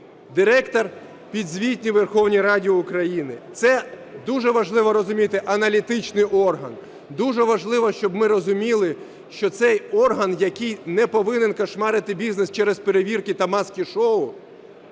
Директор підзвітний Верховній Раді України. Це, дуже важливо розуміти, аналітичний орган. Дуже важливо, щоб ми розуміли, що це орган, який не повинен "кошмарити" бізнес через перевірки та "маски-шоу".